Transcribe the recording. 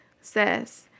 says